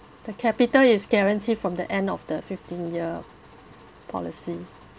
the capital is guarantee from the end of the fifteen year policy